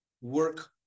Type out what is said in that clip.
work